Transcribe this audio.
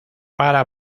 para